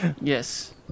Yes